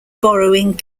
borrowing